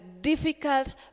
difficult